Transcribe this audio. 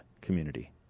community